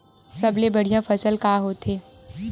सबले बढ़िया फसल का होथे?